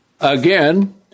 Again